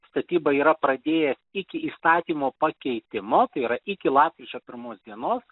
statyba yra pradė iki įstatymo pakeitimo tai yra iki lapkričio pirmos dienos